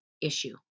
issue